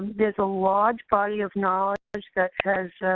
there's a large body of knowledge that